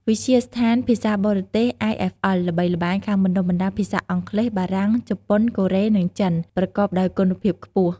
វិទ្យាស្ថានភាសាបរទេស IFL ល្បីល្បាញខាងបណ្តុះបណ្តាលភាសាអង់គ្លេស បារាំង ជប៉ុន កូរ៉េ និងចិន ប្រកបដោយគុណភាពខ្ពស់។